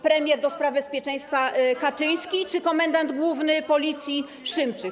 Premier do spraw bezpieczeństwa Kaczyński czy komendant główny Policji Szymczyk?